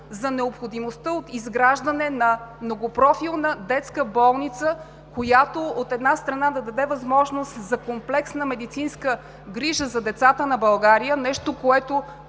за необходимостта от изграждане на многопрофилна детска болница, която, от една страна, да даде възможност за комплексна медицинска грижа за децата на България. Нещо, което